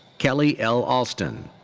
keli l. alston.